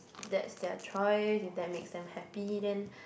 that's their choice if that makes them happy then